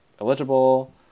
eligible